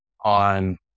on